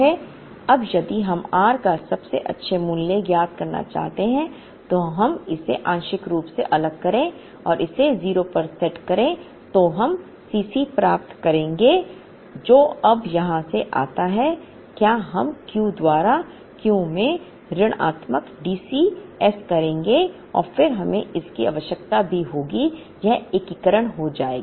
अब यदि हम r का सबसे अच्छा मूल्य ज्ञात करना चाहते हैं तो हम इसे आंशिक रूप से अलग करें और इसे 0 पर सेट करें तो हम C c प्राप्त करेंगे जो अब यहाँ से आता है यहाँ हम Q द्वारा Q में ऋणात्मक DC s करेंगे और फिर हमें इसकी आवश्यकता भी होगी यह एकीकरण जो आएगा